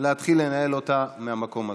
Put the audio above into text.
להתחיל לנהל אותה, מהמקום הזה.